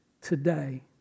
Today